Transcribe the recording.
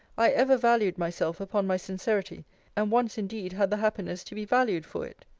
i ever valued myself upon my sincerity and once indeed had the happiness to be valued for it.